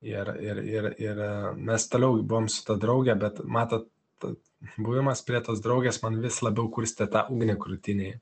ir ir ir ir mes toliau buvom su ta drauge bet matot buvimas prie tos draugės man vis labiau kurstė tą ugnį krūtinėj